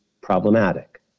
problematic